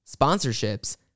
sponsorships